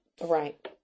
Right